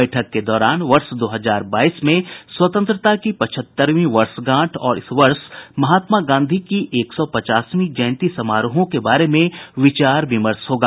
बैठक के दौरान वर्ष दो हजार बाईस में स्वतंत्रता की पचहत्तरवीं वर्षगांठ और इस वर्ष महात्मा गांधी की एक सौ पचासवीं जयंती समारोहों के बारे में भी विचार विमर्श होगा